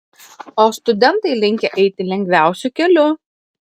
o studentai linkę eiti lengviausiu keliu